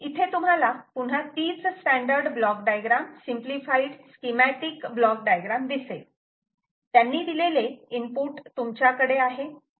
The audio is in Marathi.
इथे तुम्हाला पुन्हा तीच standard block diagram simplified schematic block diagram दिसेल त्यांनी दिलेले इनपुट तुमच्याकडे आहे